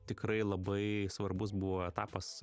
tikrai labai svarbus buvo etapas